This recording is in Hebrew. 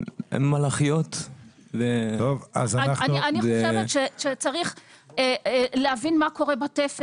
אני חושבת שצריך להבין מה קורה בתפר